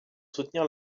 soutenir